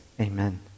amen